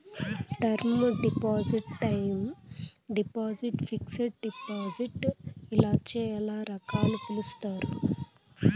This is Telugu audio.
term deposit time deposit fixed deposit ఇలా చాలా రకాలుగా పిలుస్తారు